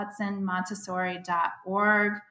hudsonmontessori.org